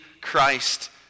Christ